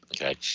okay